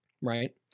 right